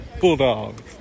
Bulldogs